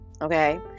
Okay